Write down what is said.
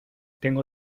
tengo